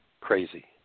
crazy